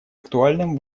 актуальным